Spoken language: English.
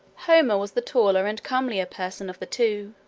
homer was the taller and comelier person of the two,